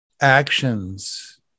actions